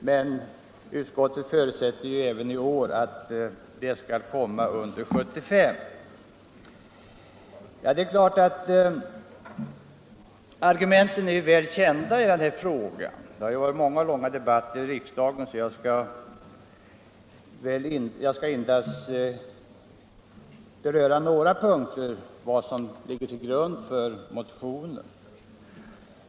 I år förutsätter ytskottet att utredningens betänkande skall komma under 1975. Argumenten i den här frågan är väl kända, och det har förts många och långa debatter i riksdagen i ärendet. Jag skall därför endast i några punkter beröra vad som ligger till grund för motionen.